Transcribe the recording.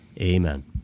Amen